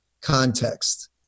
context